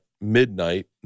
midnight